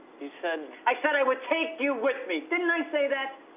you said i said i would take you with me, didn't i say that?